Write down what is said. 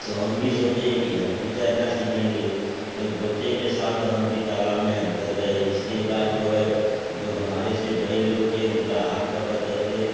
तो हम भी सोचे कि हम भी तैरना सीखेंगे तो बच्चों के साथ हम भी तालाब में अंदर गए इसके बाद जो है जो हमारे से बड़े लोग थे उनको पकड़ कर के